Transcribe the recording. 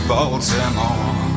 Baltimore